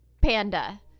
panda